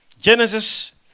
Genesis